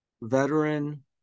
Veteran